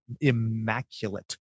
Immaculate